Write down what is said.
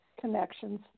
connections